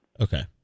Okay